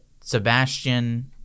Sebastian